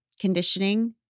conditioning